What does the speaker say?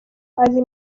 azi